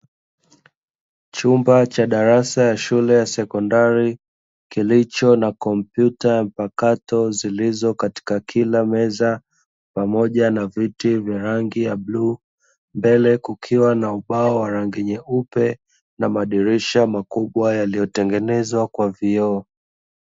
Chumba cha darasa ya shule ya sekondari, kilicho na kompyuta mpakato zilizo katika kila meza pamoja na viti vya rangi ya bluu; mbele kukiwa na ubao wa rangi nyeupe na madirisha makubwa yaliyotengenezwa kwa vioo.